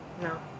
No